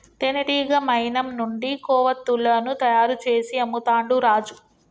తేనెటీగ మైనం నుండి కొవ్వతులను తయారు చేసి అమ్ముతాండు రాజు